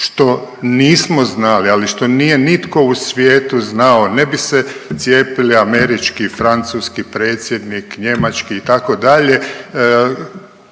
što nismo znali, ali što nije nitko u svijetu znao, ne bi se cijepili američki, francuski predsjednik, njemački, itd.,